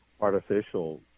artificial